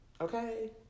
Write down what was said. okay